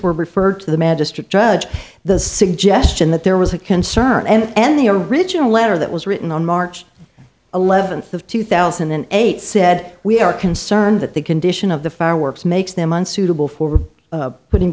were referred to the magistrate judge the suggestion that there was a concern and the original letter that was written on march eleventh of two thousand and eight said we are concerned that the condition of the fireworks makes them unsuitable for putting